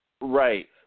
Right